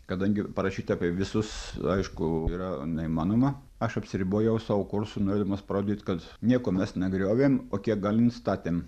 kadangi parašyt apie visus aišku yra neįmanoma aš apsiribojau savo kursu norėdamas parodyt kad nieko mes negriovėm o kiek galim statėm